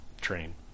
train